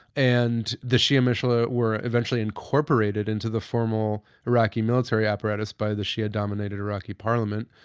and the shia militia were eventually incorporated into the formal iraqi military apparatus by the shia dominated iraqi parliament,